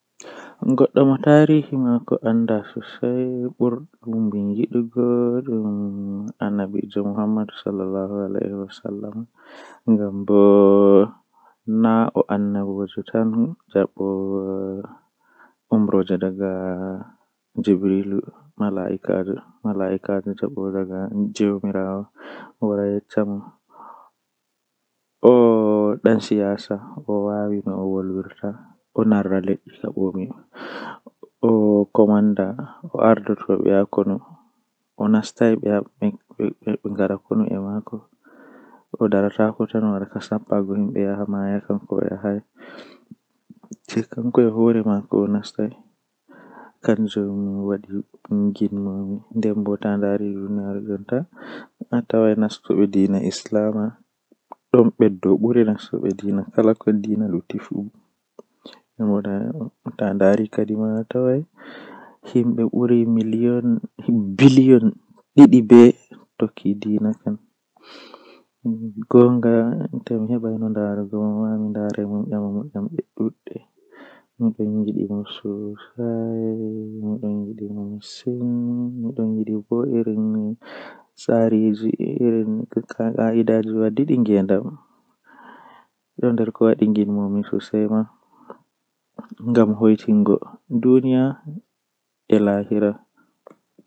Eh woodi wuro mi mwdi yahugo bedon wiya wuro man rivers bedon wiya dum patakot ndemi yahi babal man weli am masin ngam mi tawi hundeeji duddun jei mi laaran mi laari dum bo weli am masin mi tammai mi laaran bo.